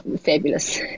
fabulous